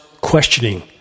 questioning